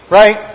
right